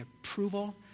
approval